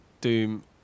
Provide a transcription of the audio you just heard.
doom